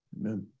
amen